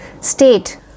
State